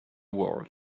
world